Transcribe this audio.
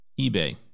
eBay